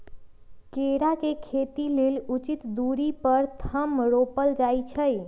केरा के खेती लेल उचित दुरी पर थम रोपल जाइ छै